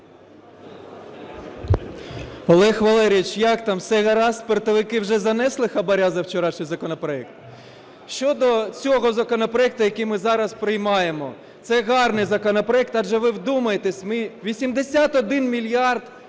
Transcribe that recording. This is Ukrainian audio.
Олег Валерійович, як там, все гаразд, портовики вже занесли хабара за вчорашній законопроект? Щодо цього законопроекту, який ми зараз приймаємо. Це гарний законопроект. Адже, ви вдумайтесь, ми 81 мільярд